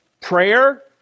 prayer